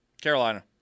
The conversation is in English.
Carolina